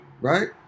right